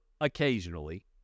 occasionally